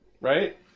Right